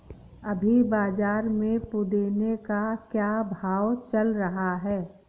अभी बाज़ार में पुदीने का क्या भाव चल रहा है